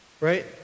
right